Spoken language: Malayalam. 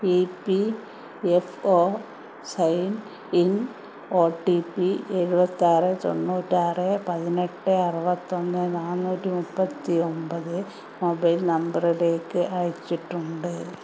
E P F O sign in O T P എഴുപത്താറ് തൊണ്ണൂറ്റാറ് പതിനെട്ട് അറുപത്തൊന്ന് നാന്നൂറ്റിമുപ്പത്തൊൻപത് മൊബൈൽ നമ്പറിലേക്ക് അയച്ചിട്ടുണ്ട്